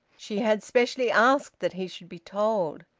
she had specially asked that he should be told.